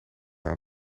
aan